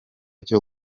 cyo